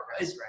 right